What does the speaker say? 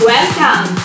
Welcome